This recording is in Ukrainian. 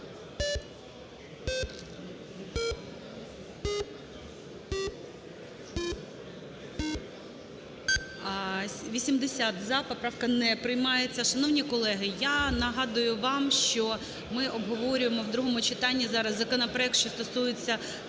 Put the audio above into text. За-80 Поправка не приймається. Шановні колеги, я нагадую вам, що ми обговорюємо в другому читанні зараз законопроект, що стосується